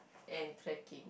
and trekking